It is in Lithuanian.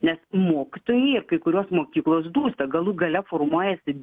nes mokytojai ir kai kurios mokyklos dūsta galų gale formuojasi